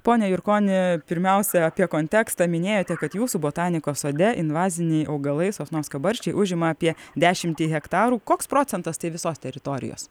pone jurkoni pirmiausia apie kontekstą minėjote kad jūsų botanikos sode invaziniai augalai sosnovskio barščiai užima apie dešimtį hektarų koks procentas tai visos teritorijos